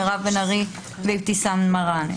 מירב בן ארי ואבתיסאם מראענה.